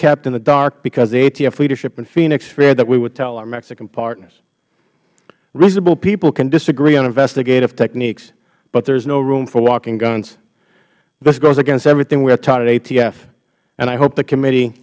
kept in the dark because the atf leadership in phoenix feared that we would tell our mexican partners reasonable people can disagree on investigative techniques but there is no room for walking guns this goes against everything we are taught at atf and i hope the committee